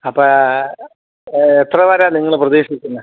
അപ്പോൾ എത്ര വരെയാണ് നിങ്ങൾ പ്രതീക്ഷിക്കുന്നത്